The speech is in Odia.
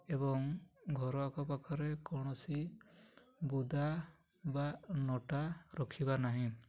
ଏବଂ ଘର ଆଖପାଖରେ କୌଣସି ବୁଦା ବା ଲତା ରଖିବା ନାହିଁ